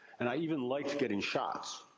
and i even liked getting shots.